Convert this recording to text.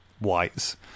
whites